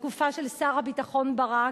בתקופה של שר הביטחון ברק,